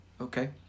Okay